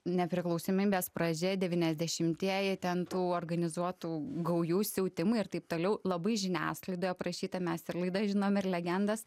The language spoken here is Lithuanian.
nepriklausomybės pradžia devyniasdešimtieji ten tų organizuotų gaujų siautimai ir taip toliau labai žiniasklaidoj aprašyta mes ir laidas žinom ir legendas